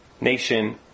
nation